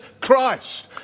Christ